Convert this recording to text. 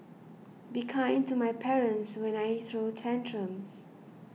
be kind to my parents when I throw tantrums